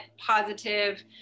positive